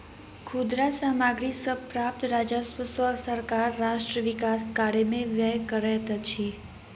खुदरा सामग्री सॅ प्राप्त राजस्व सॅ सरकार राष्ट्र विकास कार्य में व्यय करैत अछि